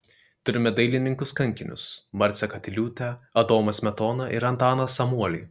turime dailininkus kankinius marcę katiliūtę adomą smetoną ir antaną samuolį